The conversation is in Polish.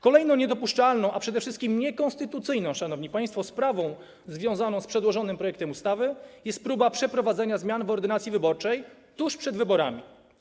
Kolejną niedopuszczalną, a przede wszystkim niekonstytucyjną, szanowni państwo, sprawą związaną z przedłożonym projektem ustawy jest próba przeprowadzenia zmian w ordynacji wyborczej tuż przed wyborami.